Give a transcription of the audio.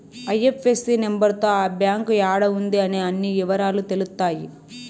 IFSC number తో ఆ bank యాడా ఉంది అనే అన్ని ఇవరాలు తెలుత్తాయి